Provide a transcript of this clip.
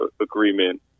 agreement